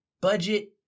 budget